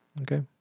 Okay